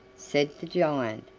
said the giant,